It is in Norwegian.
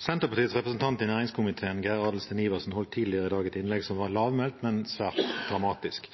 Senterpartiets representant i næringskomiteen Geir Adelsten Iversen holdt tidligere i dag et innlegg som var lavmælt, men svært dramatisk.